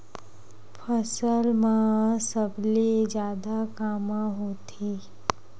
फसल मा सबले जादा कामा होथे?